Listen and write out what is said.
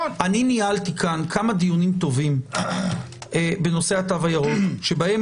ניהלתי כאן כמה דיונים טובים בנושא התו הירוק שבהם